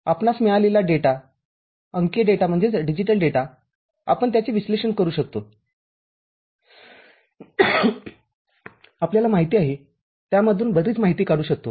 आपणास मिळालेला डेटाअंकीय डेटा आपण त्याचे विश्लेषण करू शकतोआपल्याला माहिती आहे त्यामधून बरीच माहिती काढू शकतो